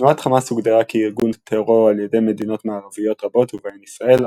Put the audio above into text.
תנועת חמאס הוגדרה כארגון טרור על ידי מדינות מערביות רבות ובהן ישראל,